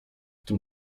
tym